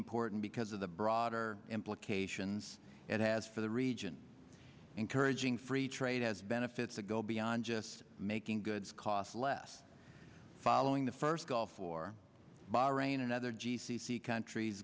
important because of the broader implications it has for the region encouraging free trade has benefits that go beyond just making goods cost less following the first gulf war bahrain and other g c c countries